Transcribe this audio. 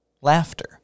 laughter